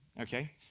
Okay